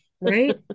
right